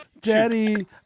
Daddy